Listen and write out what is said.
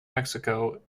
mexico